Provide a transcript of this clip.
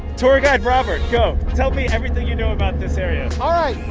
tour guide robert, go. tell me everything you know about this area